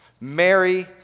Mary